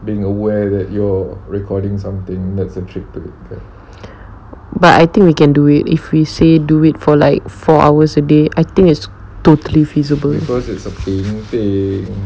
but I think we can do it if we say do it for like four hours a day I think it's totally feasible